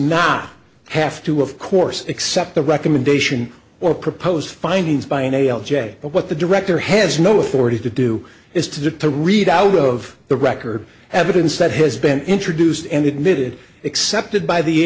not have to of course accept the recommendation or proposed findings by a nail jag but what the director has no authority to do is to deter a readout of the record evidence that has been introduced and admitted accepted by the